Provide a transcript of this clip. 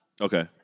Okay